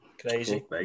Crazy